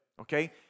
okay